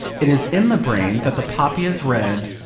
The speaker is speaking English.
it is in the brain that the poppy is red,